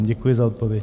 Děkuji za odpověď.